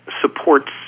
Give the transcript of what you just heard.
supports